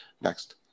next